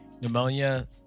pneumonia